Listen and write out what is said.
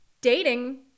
dating